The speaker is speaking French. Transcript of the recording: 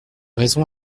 raisons